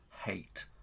Hate